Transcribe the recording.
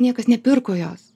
niekas nepirko jos